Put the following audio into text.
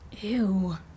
Ew